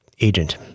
agent